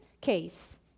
case